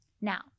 Now